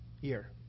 year